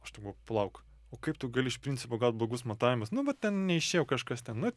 aš taip galvoju palauk o kaip tu gali iš principo gaut blogus matavimus nu va ten neišėjo kažkas ten nu